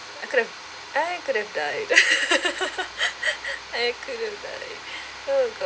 I could have I could have died I could have died oh god